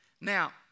Now